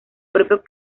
propio